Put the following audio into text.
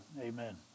amen